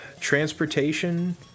transportation